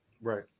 Right